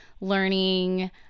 learning